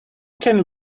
can